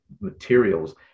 materials